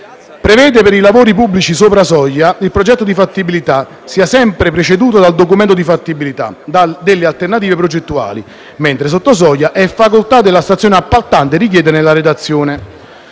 prevede che per i lavori pubblici sopra soglia il progetto di fattibilità sia sempre preceduto dal documento di fattibilità delle alternative progettuali, mentre sotto soglia è facoltà della stazione appaltante richiederne la redazione.